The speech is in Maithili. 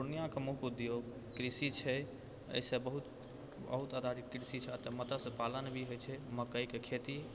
पूर्णियाँके मुख्य उद्योग कृषि छै एहिसँ बहुत बहुत आधारित कृषि छै एतय मत्स्य पालन भी होइ छै मक्कइके खेती